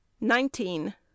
nineteen